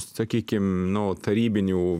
sakykim nu tarybinių